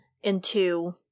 into-